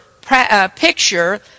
picture